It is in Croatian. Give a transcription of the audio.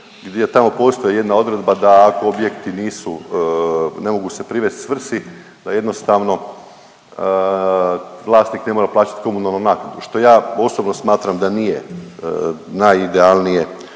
gdje tamo postoji jedna odredba da ako objekti nisu, ne mogu se privest svrsi da jednostavno vlasnik ne mora plaćat komunalnu naknadu, što ja osobno smatram da nije najidealnije,